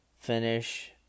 finish